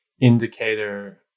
indicator